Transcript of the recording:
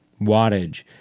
wattage